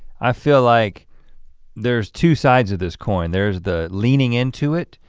i feel like there's two sides of this coin, there's the leaning into it.